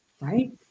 right